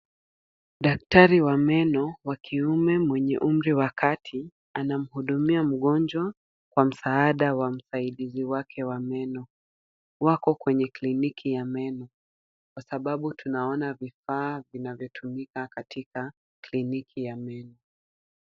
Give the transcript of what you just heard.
Daktari wa meno wa kiume mwenye umri wa kati, anamhudumia mgonjwa kwa msaada wa msaidizi wake wa meno. Wako kwenye kliniki ya meno, kwa sababu tunaona vifaa vinavyotumika katika kliniki ya meno.